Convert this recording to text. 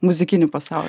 muzikinį pasaulį